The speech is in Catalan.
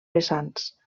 vessants